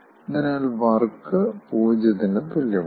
അതിനാൽ വർക്ക് 0 ന് തുല്യമാണ്